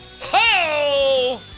Ho